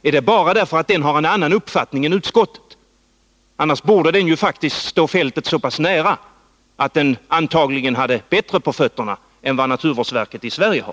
Är det bara därför att den har en annan uppfattning än utskottet? Annars borde den faktiskt stå fältet så pass nära att den antagligen har bättre på fötterna än vad naturvårdsverket i Sverige har.